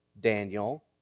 Daniel